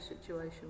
situation